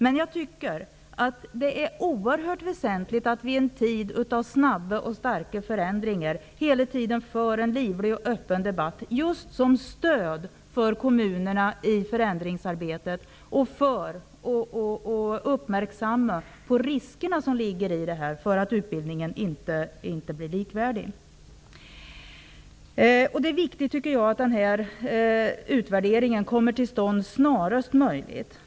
Men det är oerhört väsentligt att vi i en tid av snabba och oerhört stora förändringar hela tiden för en livlig och öppen debatt, just som stöd för kommunerna i deras förändringsarbete och för att vara uppmärksamma på riskerna för att utbildningen inte blir likvärdig. Det är viktigt att utvärderingen kommer till stånd snarast möjligt.